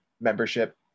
membership